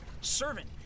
Servant